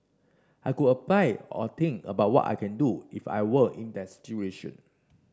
I could apply or think about what I can do if I were in that situation